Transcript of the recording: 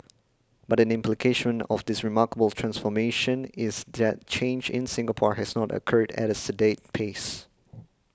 but an implication of this remarkable transformation is that change in Singapore has not occurred at a sedate pace